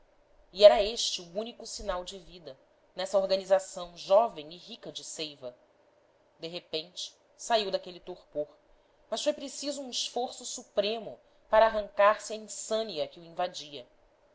e era este o único sinal de vida nessa organização jovem e rica de seiva de repente saiu daquele torpor mas foi preciso um esforço supremo para arrancar-se à insânia que o invadia